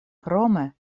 krome